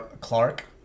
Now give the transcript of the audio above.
Clark